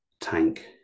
tank